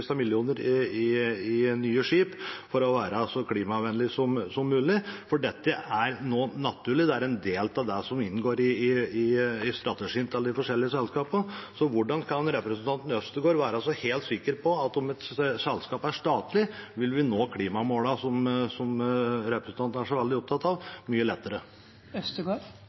i nye skip for å være så klimavennlige som mulig, for dette er nå naturlig, det er en del av det som inngår i de forskjellige selskapenes strategier. Så hvordan kan representanten Øvstegård være så sikker på at om et selskap er statlig, vil vi nå klimamålene – som representanten er så veldig opptatt av – mye lettere?